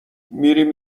میریم